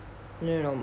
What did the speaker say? no no no